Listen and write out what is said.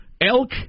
elk